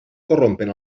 corrompen